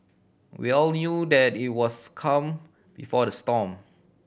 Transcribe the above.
we all knew that it was calm before the storm